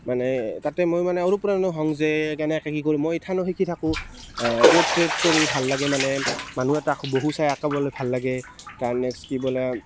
মানে তাতে মই মানে অনুপ্ৰেৰণা হওঁ যে কেনেকৈ কি কৰে মই ইথানো শিকি থাকোঁ পৰ্ট্ৰেট কৰি ভাল লাগে মানে মানুহ এটা হুবহু চাই আঁকিবলৈ ভাল লাগে তাৰ নেক্সট কি বোলে